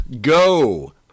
Go